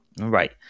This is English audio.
Right